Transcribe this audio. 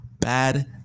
bad